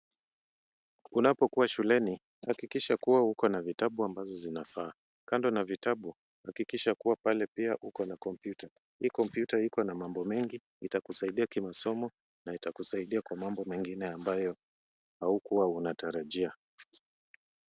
Unapokuwa shuleni, hakikisha kuwa uko na vitabu ambazo zinafaa. Kando na vitabu, hakikisha kuwa pale pia uko na kompyuta. Hii kompyuta iko na mambo mengi, itakusaidia kimasomo na itakusaidia kwa mambo mengine ambayo haukuwa unatarajia.